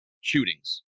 shootings